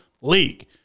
League